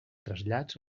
trasllats